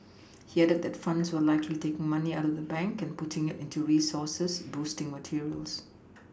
he added that funds were likely taking money out of banks and putting it into resources boosting materials